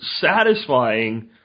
satisfying